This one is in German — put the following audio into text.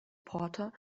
porter